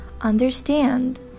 understand